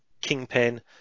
Kingpin